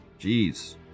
Jeez